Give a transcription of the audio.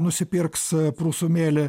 nusipirks prūsų mėlį